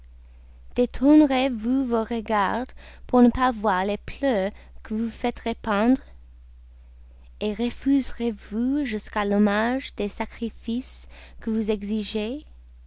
détournerez vous vos regards pour ne pas voir les pleurs que vous faites répandre et refuserez-vous jusqu'à l'hommage des sacrifices que vous exigez